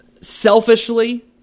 selfishly –